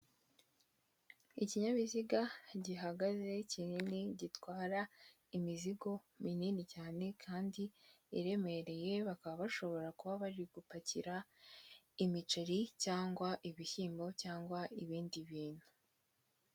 Ikinyabiziga gihagaze, kinini, gitwara imizigo minini cyane kandi iremereye, bakaba bashobora kuba bari gupakira imiceri cyangwa ibishyimbo, cyangwa ibindi bintu.